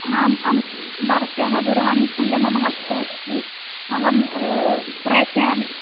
आम् अहं भवत्याः दूरवाणीसङ्ख्या मम हस्ते अस्ति अहं प्रेषयामि